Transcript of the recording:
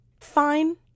fine